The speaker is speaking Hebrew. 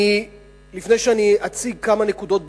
לפני שאציג כמה נקודות בקצרה,